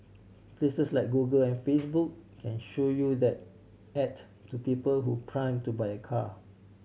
places like Google and Facebook can show you that at to people who prime to buy a car